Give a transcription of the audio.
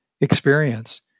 experience